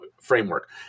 framework